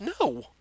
no